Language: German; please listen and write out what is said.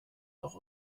auch